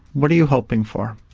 what are you hoping for?